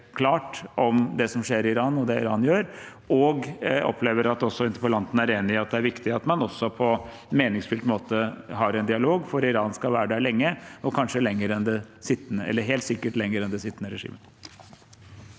klart om det som skjer i Iran, og det Iran gjør. Jeg opplever at interpellanten er enig i at det er viktig at man også på en meningsfylt måte har en dialog, for Iran skal være der lenge og helt sikkert lenger enn det sittende regimet.